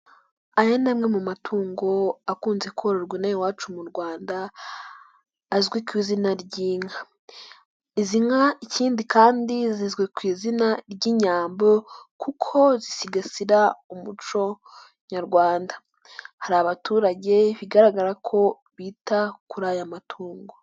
Aya ni amwe mu matungo akunze kororwa inaha iwacu mu Rwanda azwi ku izina ry'inka, izi nka ikindi kandi zizwi ku izina ry'Inyambo kuko zisigasira umuco nyarwanda, hari abaturage bigaragara ko bita kuri aya matungo.